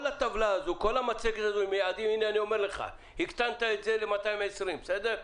כל הטבלה הזאת, הקטנת את זה ל-220, בסדר?